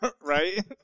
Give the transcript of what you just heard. right